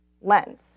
lens